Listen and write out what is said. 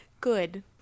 Good